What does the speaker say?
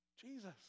Jesus